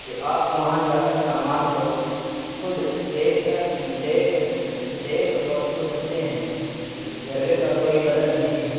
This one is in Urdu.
کہ آپ وہاں جا کر سامان کو خود دیکھ کر دیکھ دیکھ اور چھو سکتے ہیں اس تجربے کا کوئی بدل نہیں ہے